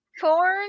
corn